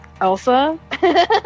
Elsa